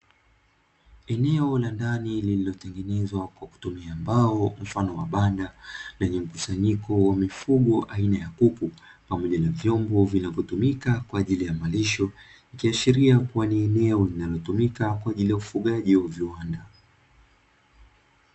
Eneo la ndani lililotengenezwa kwa kutumia mbao mfano wa banda, lenye mkusanyiko wa mifugo aina ya kuku pamoja na vyombo vinavyotumika kwa ajili ya malisho; ikiashiria kuwa ni eneo linalotumika kwa ajili ya ufugaji wa viwanda.